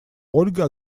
ольга